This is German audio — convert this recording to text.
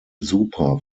super